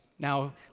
Now